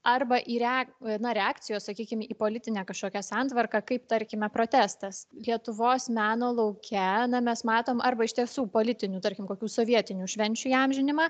arba į rea na reakcijos sakykime į politinę kažkokią santvarką kaip tarkime protestas lietuvos meno lauke mes matom arba iš tiesų politinių tarkim kokių sovietinių švenčių įamžinimą